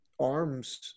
arms